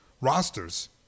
rosters